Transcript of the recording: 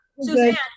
Suzanne